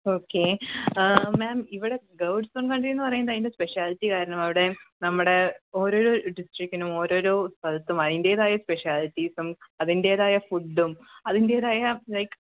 okay ma'am ഇവിടെ God's own കൺഡ്രിയെന്ന് പറയുമ്പം അതിൻ്റെ സ്പെഷ്യാലിറ്റി കാരണം അവിടെ നമ്മുടെ ഓരോരോ ഡിസ്ട്രിക്ടിനും ഓരോരോ സ്ഥലത്തും അതിൻറ്റേതായ സ്പെഷ്യാലിട്ടീസും അതിൻറ്റേതായ ഫുഡ്ഡും അതിൻറ്റേതായ ലൈക്